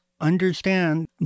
understand